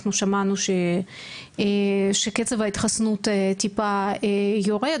אנחנו שמענו שקצב ההתחסנות טיפה יורד,